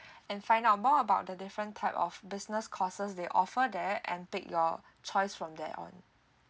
and find out more about the different type of business courses they offer there and pick your choice from there on